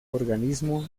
organismo